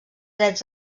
drets